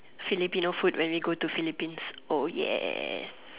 Filipino food when we go to Philippines oh yes